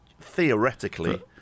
theoretically